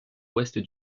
ouest